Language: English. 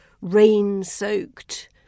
rain-soaked